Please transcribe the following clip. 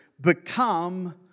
Become